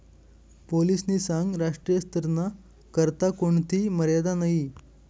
पोलीसनी सांगं राष्ट्रीय स्तरना करता कोणथी मर्यादा नयी